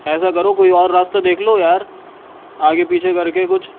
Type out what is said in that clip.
ایسا کرو کوئی اور راستہ دیکھ لو یار آگے پیچھے کر کے کچھ